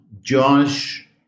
Josh